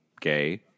gay